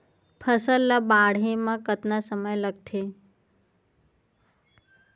फसल ला बाढ़े मा कतना समय लगथे?